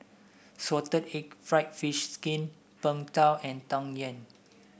Salted Egg fried fish skin Png Tao and Tang Yuen